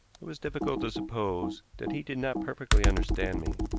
it was difficult to suppose that he did not perfectly understand me.